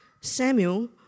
Samuel